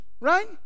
right